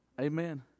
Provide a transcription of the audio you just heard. Amen